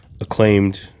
acclaimed